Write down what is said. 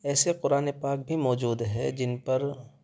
ایسے قرآن پاک بھی موجود ہے جن پر